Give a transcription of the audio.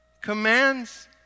commands